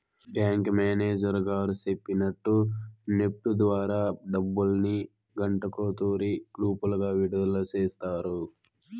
bank manager గారు సెప్పినట్టు NEFT ద్వారా డబ్బుల్ని గంటకో తూరి గ్రూపులుగా విడదల సేస్తారు